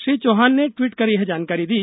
श्री चौहान ने ट्वीट कर यह जानकारी दी